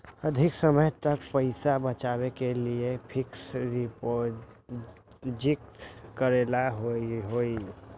अधिक समय तक पईसा बचाव के लिए फिक्स डिपॉजिट करेला होयई?